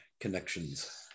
connections